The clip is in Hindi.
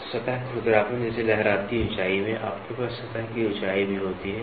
तो सतह खुरदरापन जैसे लहराती ऊंचाई में आपके पास सतह की ऊंचाई भी होती है